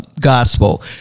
gospel